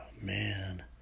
man